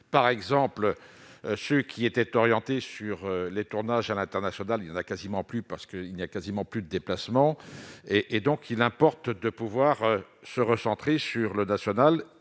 par exemple, ce qui était orientée sur les tournages à l'international, il y en a quasiment plus, parce que il n'y a quasiment plus de déplacements et et donc il importe de pouvoir se recentrer sur le national